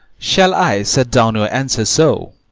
shall i set down your answer so?